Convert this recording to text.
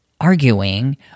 Arguing